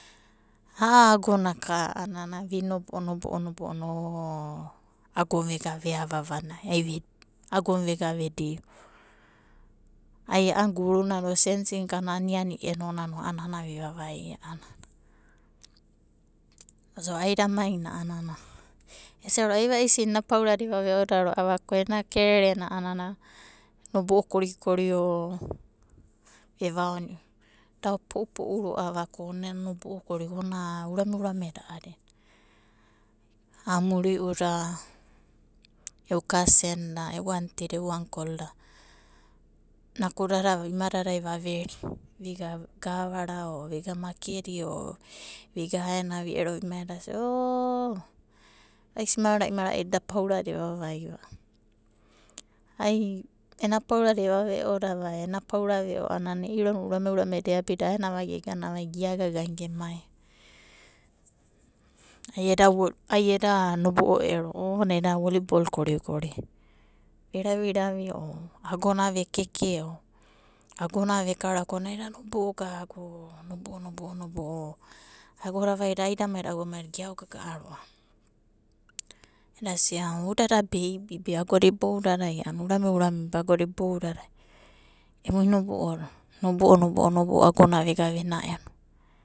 A'a agonaka, a'anana vi'nobo'o, nobo'o, nobo', nobo'o ago vega veava vanai, agona ve'gana vedio. Ai a'anana guru sensio, gana ani'ani eno'nano vi'vavaia. Aidamaina esiaroava ia vaisina ena paurada eva'vevo ko ena kererena a'anana nobo'o kori'kori, geva'ono'u da'o pou'pou roava ko onina nobo'o kori'kori onina urame'urameda a'adina. Aumiri'uda goaeuda aidau'da, vava'uda nakudada ima dadai vaveri viga gavarana, o, viga makedi, o viga aena a'anana edasia ooo, vaisi marau'maraida eda paurada eva vaiva, ai ena paurada eva ve'oda ena pauro veo a'anana, e'irona vairo urame'urameda eabidava aenava geganava ai ia, agagana gemaiva, ai eda nobo'o ero, eda bono bara korikori, agona vekara ko naida nobo'o gaga. Nobo'o, nobo'o, nobo'o, agoda vaida aidamaida auamaida ge aogaga'roava. Eda sia uda bae'bae urame'urame agona ibounanai emu nobo'o, nobo'o, nobo'o, nobo'o vega agonavega venaedo.